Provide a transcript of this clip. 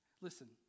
listen